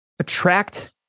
Attract